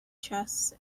chests